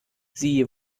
sie